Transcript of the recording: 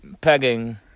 pegging